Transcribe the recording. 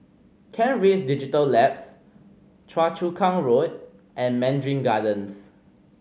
Kent Ridge Digital Labs Choa Chu Kang Road and Mandarin Gardens